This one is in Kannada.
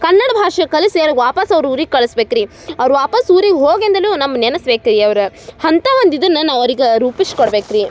ಕನ್ನಡ ಭಾಷೆ ಕಲಿಸಿ ಅವ್ರಿಗೆ ವಾಪಸ್ಸು ಅವ್ರ ಊರಿಗೆ ಕಳಿಸ್ಬೇಕ್ ರೀ ಅವ್ರು ವಾಪಸ್ಸು ಊರಿಗೆ ಹೋಗೆಂದಲು ನಮ್ಮ ನೆನೆಸ್ಬೇಕು ರೀ ಅವ್ರು ಅಂಥ ಒಂದು ಇದನ್ನು ನಾವು ಅವ್ರಿಗೆ ರೂಪಿಸ್ ಕೊಡ್ಬೇಕು ರೀ